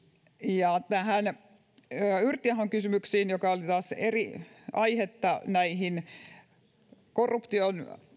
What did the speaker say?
ja yrttiahon kysymyksiin jotka olivat taas eri aihetta korruption